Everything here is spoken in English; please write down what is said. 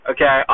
Okay